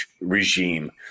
regime